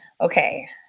Okay